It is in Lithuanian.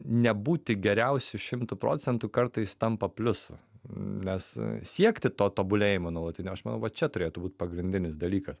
nebūti geriausiu šimtu procentų kartais tampa pliusu nes siekti to tobulėjimo nuolatinio aš manau va čia turėtų būt pagrindinis dalykas